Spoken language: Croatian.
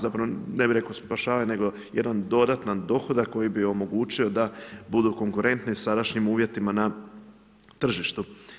Zapravo ne bih rekao spašavanje nego jedan dodatan dohodak koji bi omogućio da budu konkurentni sadašnjim uvjetima na tržištu.